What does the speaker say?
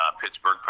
Pittsburgh